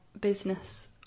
business